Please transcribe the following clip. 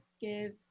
give